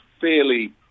fairly